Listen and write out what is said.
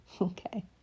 Okay